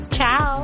Ciao